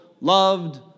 loved